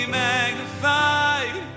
magnified